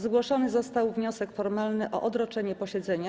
Zgłoszony został wniosek formalny o odroczenie posiedzenia.